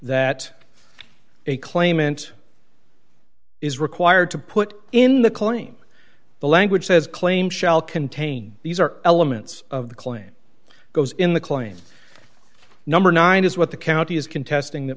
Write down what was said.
that a claimant is required to put in the calling the language says claim shall contain these are elements of the claim goes in the claim number nine is what the county is contesting that